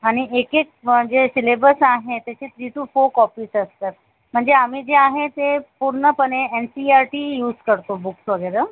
आणि एक एक म्हणजे सिलेबस आहे त्याचे थ्री टू फो कॉपीज असतात म्हणजे आम्ही जे आहे ते पूर्णपणे N C E R T use करतो बुक्स वगैरे